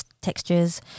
Textures